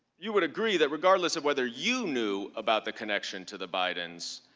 you would agree that regardless of whether you knew about the connection to the biden's,